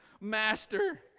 Master